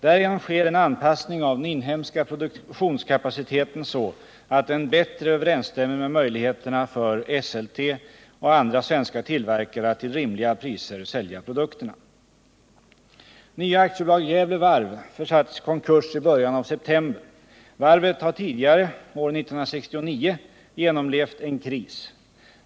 Därigenom sker en anpassning av den inhemska produktionskapaciteten så, att den bättre överensstämmer med möjligheterna för Esselte och andra svenska tillverkare att till rimliga priser sälja produkterna. Nya AB Gävle Varv försattes i konkurs i början av september. Varvet har tidigare, år 1969, genomlevt en kris.